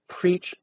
preach